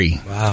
Wow